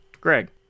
Greg